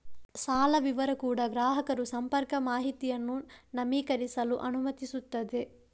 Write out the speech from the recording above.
ಸಾಲ ವಿವರ ಕೂಡಾ ಗ್ರಾಹಕರು ಸಂಪರ್ಕ ಮಾಹಿತಿಯನ್ನು ನವೀಕರಿಸಲು ಅನುಮತಿಸುತ್ತದೆ